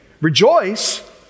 Rejoice